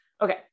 okay